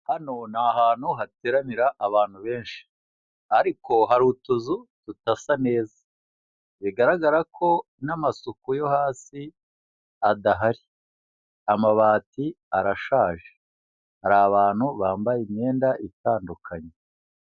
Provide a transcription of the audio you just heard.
Hano ni ahantu hateranira abantu benshi, ariko hari utuzu tudasa neza, bigaragara ko n'amasuku yo hasi adahari. Amabati arashaje. Hari abantu bambaye imyenda itandukanye.